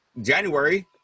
January